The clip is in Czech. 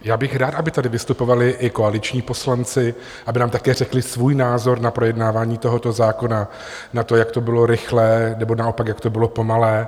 Já bych rád, aby tady vystupovali i koaliční poslanci, aby nám také řekli svůj názor na projednávání tohoto zákona, na to, jak to bylo rychlé, nebo naopak, jak to bylo pomalé.